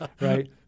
Right